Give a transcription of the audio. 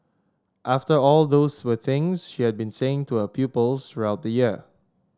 after all those were things she had been saying to her pupils throughout the year